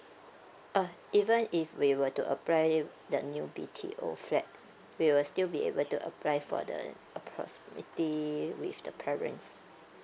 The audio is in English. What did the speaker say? uh even if we were to apply it the new B_T_O flat we will still be able to apply for the proximity with the parents